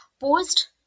Post-